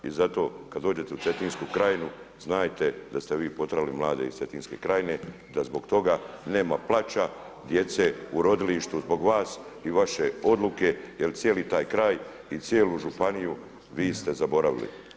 I zato kada dođete u Cetinsku krajinu znajte da ste vi potjerali mlade iz Cetinske krajine, da zbog toga nema plača djece u rodilištu zbog vas i vaše odluke jer cijeli taj kraj i cijelu županiju vi ste zaboravili.